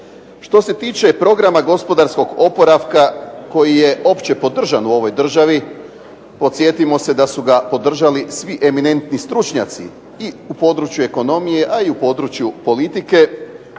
Što se tiče programa gospodarskog oporavka koji je opće podržan u ovoj državi, podsjetimo se da su ga podržali svi eminentni stručnjaci i u području ekonomije a i u području politike,